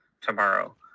tomorrow